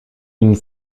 une